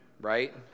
Right